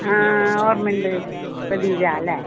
ആ ഓർമ്മ ഉണ്ട് ഖദീജ അല്ലേ